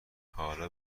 حالا